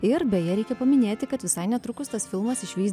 ir beje reikia paminėti kad visai netrukus tas filmas išvys